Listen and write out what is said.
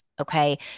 Okay